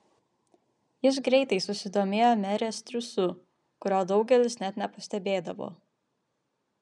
jis greitai susidomėjo merės triūsu kurio daugelis net nepastebėdavo